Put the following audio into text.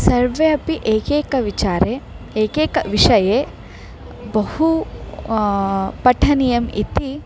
सर्वे अपि एकैक विचारे एकैक विषये बहु पठनीयम् इति